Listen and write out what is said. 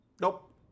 Nope